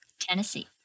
Tennessee